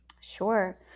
Sure